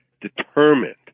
determined